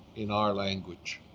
in our language.